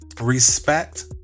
Respect